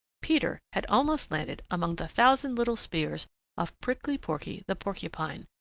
peter had almost landed among the thousand little spears of prickly porky the porcupine.